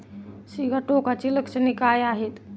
सिगाटोकाची लक्षणे काय आहेत?